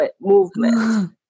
movement